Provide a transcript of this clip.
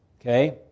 Okay